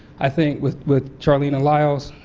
i think with with charlenna lyles,